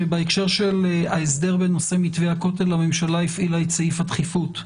שבהקשר של ההסדר בנושא מתווה הכותל הממשלה הפעילה את סעיף הדחיפות,